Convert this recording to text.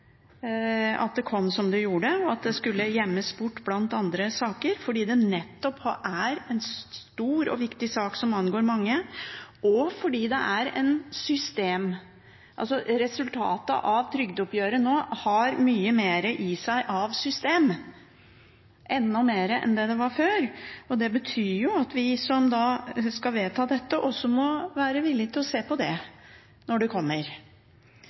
at det kom som det gjorde, og at det skulle gjemmes bort blant andre saker, fordi det nettopp er en stor og viktig sak som angår mange, og fordi resultatet av trygdeoppgjøret nå har mye mer i seg av system, enda mer enn før. Det betyr at vi som skal vedta dette, også må være villig til å se på det når det kommer.